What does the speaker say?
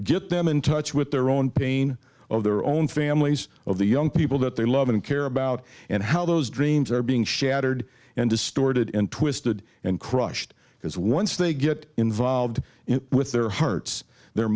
get them in touch with their own pain or their own families of the young people that they love and care about and how those dreams are being shattered and distorted and twisted and crushed because once they get involved with their hearts their